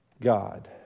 God